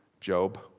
Job